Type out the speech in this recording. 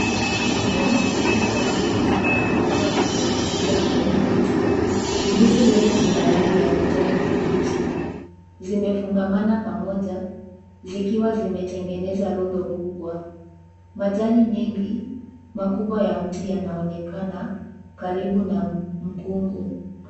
Huu ni mkungu wa ndizi changa ukiwa umening'inia kwenye mti. Ndizi zote zina rangi ya kijani kibichi zimefungamana pamoja zikiwa zimetengeneza rundo kubwa. Majani mengi makubwa ya mti yanaonekana karibu na mkungu.